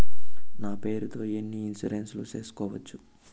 నా పేరుతో ఎన్ని ఇన్సూరెన్సులు సేసుకోవచ్చు?